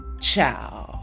Ciao